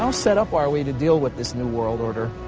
um set up are we to deal with this new world order?